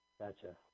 Gotcha